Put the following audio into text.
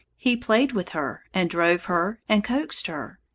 he played with her, and drove her, and coaxed her,